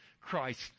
Christ